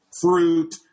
fruit